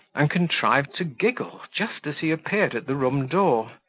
and contrived to giggle just as he appeared at the room door.